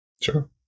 Sure